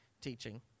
teaching